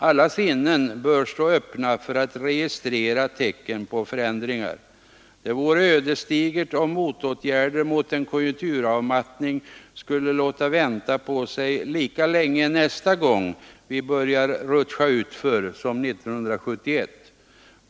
Alla sinnen bör stå öppna för att registrera tecken på förändringar. Det vore ödesdigert om motåtgärder mot en konjunkturavmattning skulle låta vänta på sig lika länge nästa gång vi börjar rutscha utför som 1971.